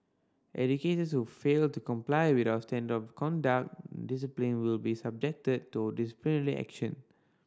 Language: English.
educators who fail to comply with our standards of conduct discipline will be subjected to disciplinary action